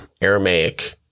Aramaic